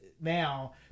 now